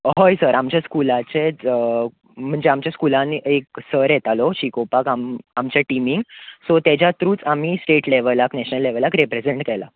हय सर आमचे स्कुलाचे म्हणजे आमच्या स्कुलांत एक सर येतालो शिकोवपाक आम आमचें टिमींक सो तेज्या थ्रुत आमी स्टेट लेवलाक नेशनल लेवलाक रिप्रिसेंट केलां